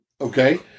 okay